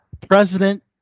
president